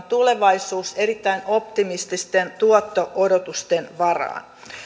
tulevaisuus erittäin optimististen tuotto odotusten varaan